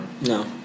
No